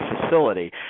facility